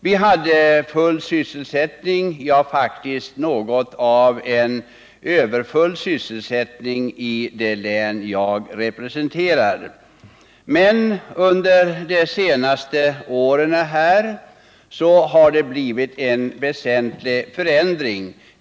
Vi hade full sysselsättning — ja, faktiskt något av en överfull sysselsättning i det län som jag representerar. Men under de senaste åren har det blivit en väsentlig förändring.